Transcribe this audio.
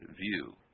view